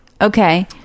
Okay